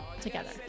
together